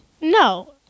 No